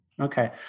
Okay